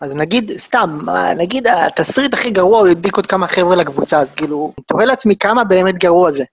אז נגיד, סתם, נגיד התסריט הכי גרוע הוא ידביק עוד כמה חבר'ה לקבוצה, אז כאילו, תוהה לעצמי כמה באמת גרוע זה.